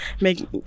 make